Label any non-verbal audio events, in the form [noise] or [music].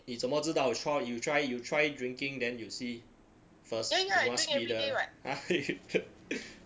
你怎么知道 try you try you try drinking then you see first you must be the !huh! [laughs]